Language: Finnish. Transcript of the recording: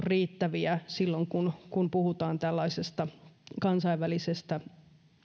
riittäviä silloin kun kun puhutaan tällaisesta kansainvälisestä